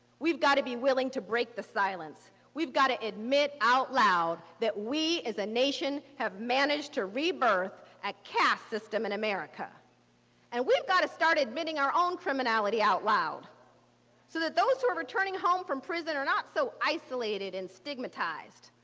we've got to be willing to break the silence. we've got to admit out loud that we as a nation have managed to rebirth a caste system in america and we've got to start admitting our own criminality out loud so that those who are sort of returning home from prison are not so isolated and stigmatized.